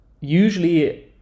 usually